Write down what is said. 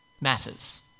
matters